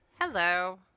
Hello